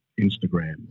Instagram